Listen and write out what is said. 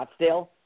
Scottsdale